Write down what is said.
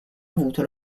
avuto